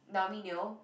Naomi-Neo